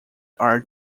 are